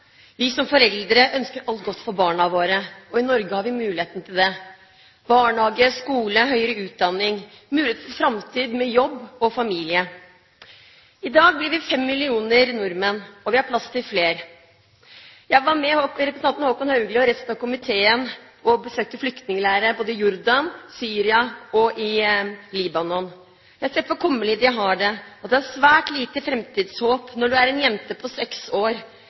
har vi barnehage, skole, høyere utdanning og mulighet for en framtid med jobb og familie. I dag blir vi fem millioner nordmenn, og vi har plass til flere. Jeg var med representanten Håkon Haugli og resten av komiteen og besøkte flyktningleirer i både Jordan, Syria og Libanon. Jeg har sett hvor kummerlig de har det, og det er svært små framtidshåp når du er en jente på seks år